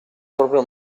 proprio